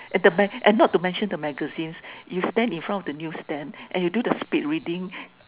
and the man and not to mention the magazines you stand in front of the news stand and you do the speed reading